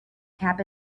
cap